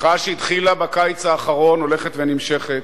המחאה שהתחילה בקיץ האחרון הולכת ונמשכת.